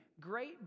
great